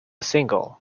single